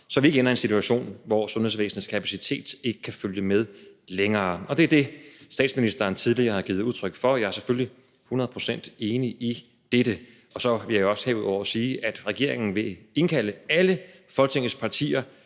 så vi ikke ender i en situation, hvor sundhedsvæsenets kapacitet ikke kan følge med længere. Det er det, statsministeren tidligere har givet udtryk for, og jeg er selvfølgelig hundrede procent enig i dette. Så vil jeg derudover sige, at regeringen vil indkalde alle Folketingets partier